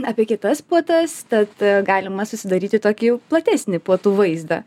apie kitas puotas tad galima susidaryti tokį jau platesnį puotų vaizdą